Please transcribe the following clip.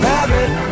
Rabbit